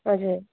हजुर